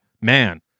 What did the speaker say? man